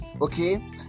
okay